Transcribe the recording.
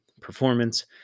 performance